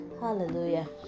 hallelujah